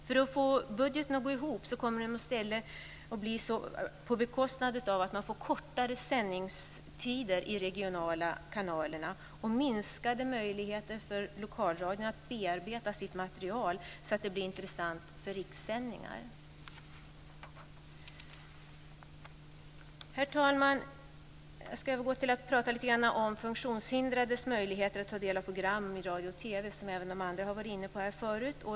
För att få budgeten att gå ihop kommer det i stället att ske på bekostnad av att man får kortare sändningstider i de regionala kanalerna och minskade möjligheter för lokalradion att bearbeta sitt material, så att det blir intressant för rikssändningar. Herr talman! Jag ska övergå till att tala lite grann om funktionshindrades möjligheter att ta del av program i radio och TV, vilket även de andra talarna har varit inne på tidigare.